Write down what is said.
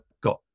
got